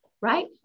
right